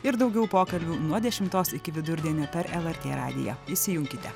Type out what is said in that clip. ir daugiau pokalbių nuo dešimtos iki vidurdienio per lrt radiją įsijunkite